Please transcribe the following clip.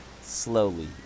slowly